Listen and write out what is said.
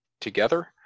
together